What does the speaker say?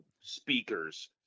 speakers